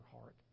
heart